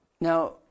Now